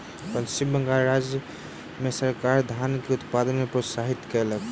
पश्चिम बंगाल राज्य मे सरकार धानक उत्पादन के प्रोत्साहित कयलक